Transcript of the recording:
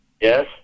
Yes